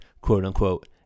quote-unquote